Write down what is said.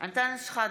אנטאנס שחאדה,